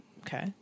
Okay